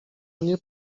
mnie